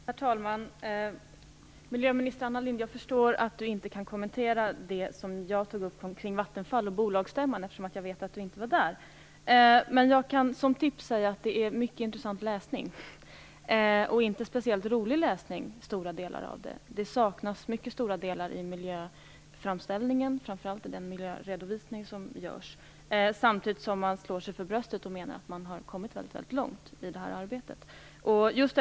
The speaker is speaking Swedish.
Herr talman! Jag förstår att miljöminister Anna Lindh inte kan kommentera det som jag tog upp angående Vattenfall och bolagsstämman. Jag vet ju att hon inte var där. Som ett tips kan jag säga att årsredovisningen är mycket intressant läsning. Men till stora delar är det inte någon speciellt rolig läsning. Det saknas nämligen stora bitar om miljön, framför allt i den miljöredovisning som finns. Samtidigt slår sig Vattenfall för bröstet och menar att man har kommit väldigt långt i det arbetet.